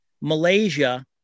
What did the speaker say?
malaysia